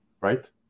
right